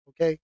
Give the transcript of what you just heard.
Okay